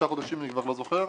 אני כבר לא זוכר.